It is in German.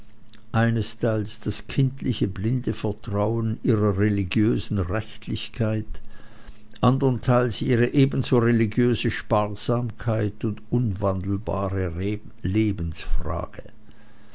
einesteils das kindliche blinde vertrauen ihrer religiösen rechtlichkeit andernteils ihre ebenso religiöse sparsamkeit und unwandelbare lebensfrage